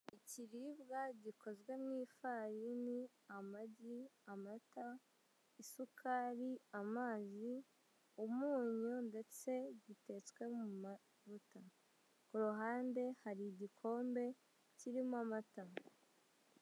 Ikiribwa gikozwe mu ifarini, amagi, amata, isukari, amazi, umunyu ndetse gitetswe mu mavuta. Ku ruhande hari igikombe kirimo amata.